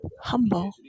Humble